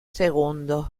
segundo